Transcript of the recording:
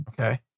Okay